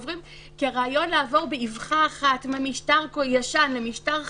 הרעיון לעבור באבחה אחת ממשטר כה ישן למשטר חדש,